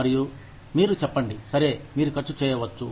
మరియు మీరు చెప్పండి సరే మీరు ఖర్చు చేయవచ్చు